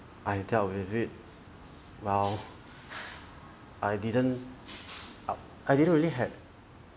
I dealt with it well I didn't I didn't really had